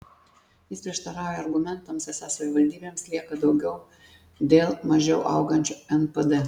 jis prieštarauja argumentams esą savivaldybėms lieka daugiau dėl mažiau augančio npd